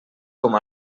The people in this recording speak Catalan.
com